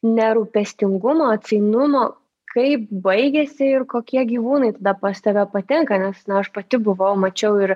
nerūpestingumo atsainumo kaip baigiasi ir kokie gyvūnai tada pas tave patenka nes na aš pati buvau mačiau ir